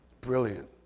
Brilliant